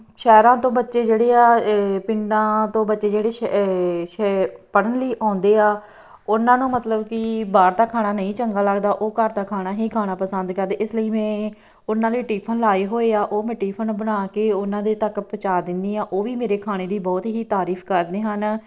ਸ਼ਹਿਰਾਂ ਤੋਂ ਬੱਚੇ ਜਿਹੜੇ ਆ ਇਹ ਪਿੰਡਾਂ ਤੋਂ ਬੱਚੇ ਜਿਹੜੇ ਸ਼ ਏ ਏ ਪੜ੍ਹਨ ਲਈ ਆਉਂਦੇ ਆ ਉਹਨਾਂ ਨੂੰ ਮਤਲਬ ਕਿ ਬਾਹਰ ਦਾ ਖਾਣਾ ਨਹੀਂ ਚੰਗਾ ਲੱਗਦਾ ਉਹ ਘਰ ਦਾ ਖਾਣਾ ਹੀ ਖਾਣਾ ਪਸੰਦ ਕਰਦੇ ਇਸ ਲਈ ਮੈਂ ਉਹਨਾਂ ਲਈ ਟਿਫਨ ਲਾਏ ਹੋਏ ਆ ਉਹ ਮੈਂ ਟਿਫਨ ਬਣਾ ਕੇ ਉਹਨਾਂ ਦੇ ਤੱਕ ਪਹੁੰਚਾ ਦਿੰਦੀ ਹਾਂ ਉਹ ਵੀ ਮੇਰੇ ਖਾਣੇ ਦੀ ਬਹੁਤ ਹੀ ਤਾਰੀਫ ਕਰਦੇ ਹਨ